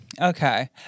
Okay